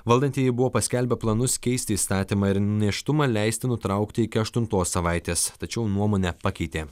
valdantieji buvo paskelbę planus keisti įstatymą ir nėštumą leisti nutraukti iki aštuntos savaitės tačiau nuomonę pakeitė